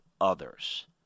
others